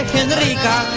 Henrika